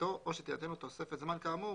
בשפתו או שתינתן לו תוספת זמן כאמור,